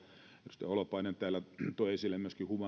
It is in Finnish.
edustaja holopainen joka täällä toi esille myöskin